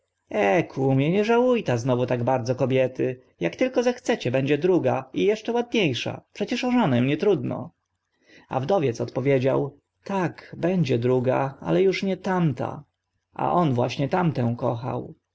nie żału ta znów tak bardzo kobiety ak tylko zechcecie będzie druga i eszcze ładnie sza przecież o żonę nietrudno a wdowiec odpowiedział tak będzie druga ale uż nie tamta a on właśnie tamtą kochał